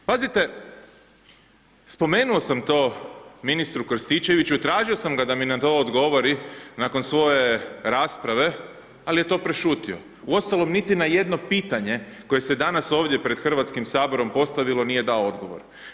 Pazite, spomenuo sam to ministru Krstičeviću i tražio sam ga da mi na to odgovori nakon svoje rasprave ali je to prešutio, uostalom niti na jedno pitanje koje se danas ovdje pred Hrvatskim saborom postavilo, nije dao odgovor.